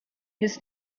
his